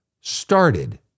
started